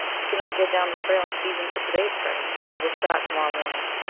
we cannot get down the trail in season for to-day's train. we will start to-morrow morning.